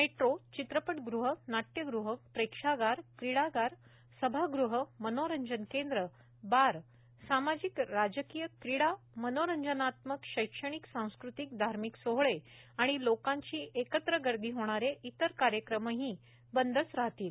metro चित्रपटगृह नाट्यगृह प्रेक्षागार क्रीडागार सभागृह मनोरंजन केंद्र बार सामाजिक राजकीय क्रीडा मनोरंजनात्मक शैक्षणिक सांस्कृतिक धार्मिक सोहळे आणि लोकांची एकत्र गर्दी होणारे इतर कार्यक्रमही बंदच राहतील